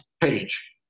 page